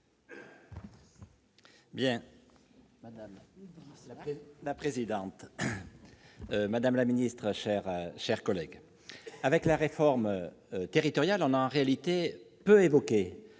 Madame la présidente, madame la secrétaire d'État, mes chers collègues, avec la réforme territoriale, on a en réalité peu évoqué